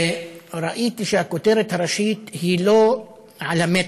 ראיתי שהכותרת הראשית בו, סליחה?